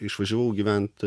išvažiavau gyvent